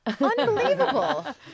Unbelievable